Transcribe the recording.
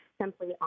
simply